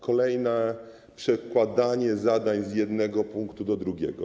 Kolejne przekładanie zadań z jednego punktu do drugiego.